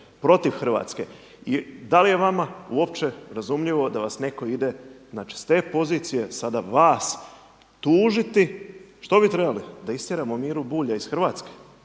protiv Hrvatske. I da li je vama uopće razumljivo da vas netko ide znači s te pozicije sada vas tužiti. Što bi trebali? Da istjeramo Miru Bulja iz Hrvatske?